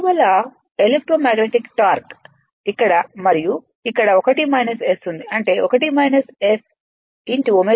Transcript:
అందువల్ల విద్యుతయస్కాంత టార్క్ ఇక్కడ మరియు ఇక్కడ 1 S ఉంది అంటే ω S T PG